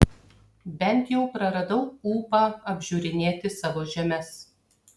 bent jau praradau ūpą apžiūrinėti savo žemes